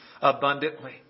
abundantly